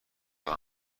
برای